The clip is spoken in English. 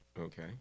okay